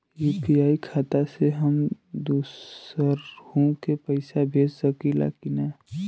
UPI खाता से हम दुसरहु के पैसा भेज सकीला की ना?